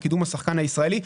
בקידום השחקן הישראלי,